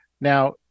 Now